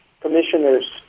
commissioners